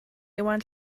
iwan